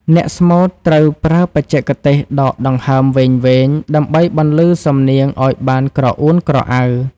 អ្នកស្មូតត្រូវប្រើបច្ចេកទេសដកដង្ហើមវែងៗ ដើម្បីបន្លឺសំនៀងឱ្យបានក្រអួនក្រអៅ។